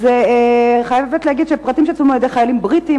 אני חייבת להגיד שאלה פרטים שצולמו על-ידי חיילים בריטים,